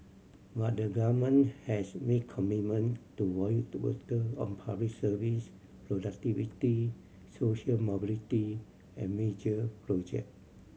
but the government has made commitment to voter on public services productivity social mobility and major project